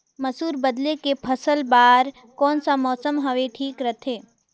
मसुर बदले के फसल बार कोन सा मौसम हवे ठीक रथे?